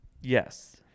Yes